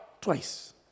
twice